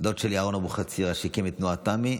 דוד שלי, אהרן אבוחצירא, שהקים את תנועת תמ"י,